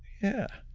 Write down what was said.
yeah,